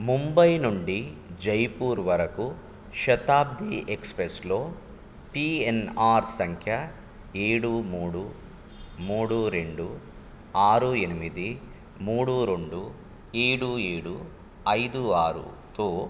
ముంబై నుండి జైపూర్ వరకు శతాబ్ది ఎక్స్ప్రెస్లో పిఎన్ఆర్ సంఖ్య ఏడు మూడు మూడు రెండు ఆరు ఎనిమిది మూడు రెండు ఏడు ఏడు ఐదు ఆరుతో